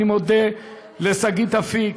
אני מודה לשגית אפיק,